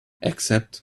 except